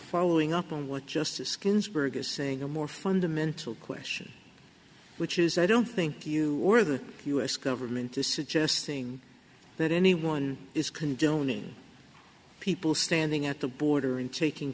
following up on what justice ginsburg are saying a more fundamental question which is i don't think you or the u s government is suggesting that anyone is condoning people standing at the border and taking